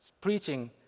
preaching